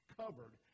covered